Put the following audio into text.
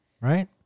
Right